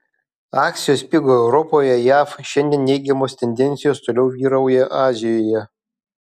akcijos pigo europoje jav šiandien neigiamos tendencijos toliau vyrauja azijoje